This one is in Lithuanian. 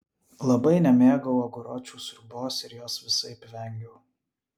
labai nemėgau aguročių sriubos ir jos visaip vengiau